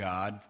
God